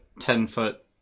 ten-foot